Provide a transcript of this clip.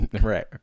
Right